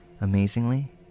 Amazingly